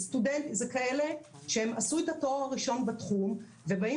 זה כאלה שעשו את התואר הראשון בתחום ובאים